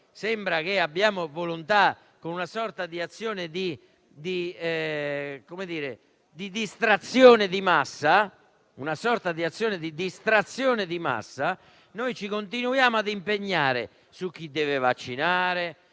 sembra che ne abbiamo la volontà, con una sorta di azione di distrazione di massa; continuiamo infatti ad impegnarci su chi deve vaccinare,